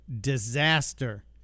disaster